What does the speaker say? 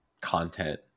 content